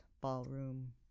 ballroom